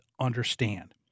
understand